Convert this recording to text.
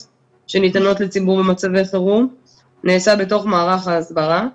שניתנות לציבור במצבי חירום זה נעשה בתוך מערך ההסברה,